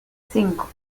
cinco